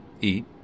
Eat